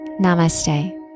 Namaste